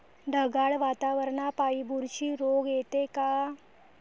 ढगाळ वातावरनापाई बुरशी रोग येते का?